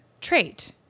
trait